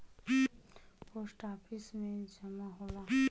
post office में जमा होला